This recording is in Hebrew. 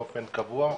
באופן קבוע.